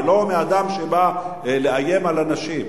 ולא מאדם שבא לאיים על אנשים.